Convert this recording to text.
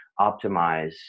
optimize